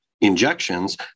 injections